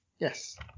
yes